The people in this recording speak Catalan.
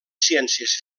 ciències